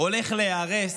הולך להיהרס,